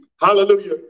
Hallelujah